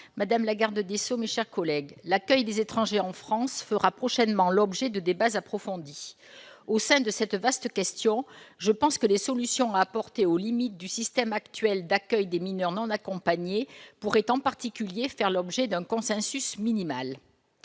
madame la garde des sceaux, mes chers collègues, l'accueil des étrangers en France fera prochainement l'objet de débats approfondis. Au sein de cette vaste question, les solutions à apporter aux limites du système actuel d'accueil des mineurs non accompagnés pourraient en particulier, me semble-t-il, faire l'objet d'un consensus minimal.